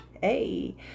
Hey